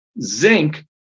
zinc